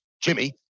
Jimmy